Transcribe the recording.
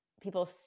people